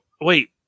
wait